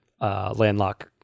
landlocked